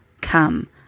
come